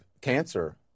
cancer